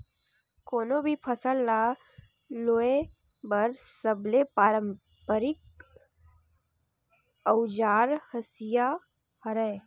कोनो भी फसल ल लूए बर सबले पारंपरिक अउजार हसिया हरय